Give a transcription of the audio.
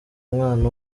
umwana